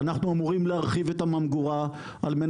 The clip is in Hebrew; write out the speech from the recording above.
אנחנו אמורים להרחיב את הממגורה כדי